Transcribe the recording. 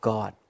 God